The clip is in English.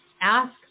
ask